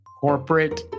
corporate